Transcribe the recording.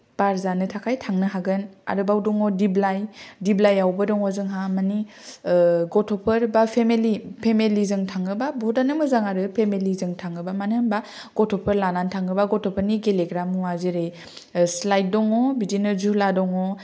बार जानो थाखाय थांनो हागोन आरोबाव दङ दिप्लाय दिप्लायावबो दङ जोंहा मानि ओ गथ'फोर बा फेमिलि फेमिलिजों थाङोबा बुहुतानो मोजाङानो फेमिलिजों थाङोबा मानो होनबा गथ'फोर लाना थाङोबा गथ'फोरनि गेलेग्रा मुवा जेरै स्लाइड दङ बिदिनो जुला दङ'